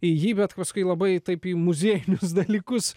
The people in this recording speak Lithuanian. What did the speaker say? į jį bet paskui labai taip į muziejinius dalykus